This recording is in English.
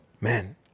man